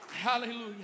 Hallelujah